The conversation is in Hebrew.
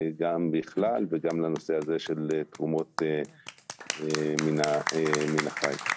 בכלל וגם לנושא הזה של תרומות מן החי.